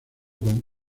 con